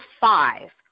five